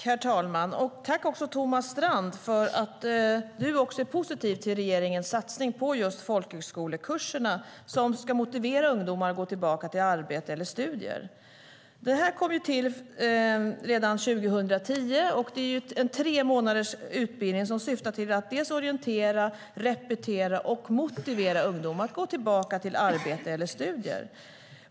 Herr talman! Tack, Thomas Strand, för att du är positiv till regeringens satsning på folkhögskolekurserna som ska motivera ungdomar att gå tillbaka till arbete eller studier. Denna tremånadersutbildning kom till redan 2010 och syftar till att orientera, repetera och motivera ungdomar att gå tillbaka till arbete eller studier.